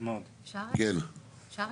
אפשר רגע?